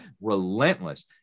relentless